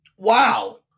Wow